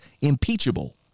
impeachable